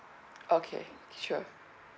okay sure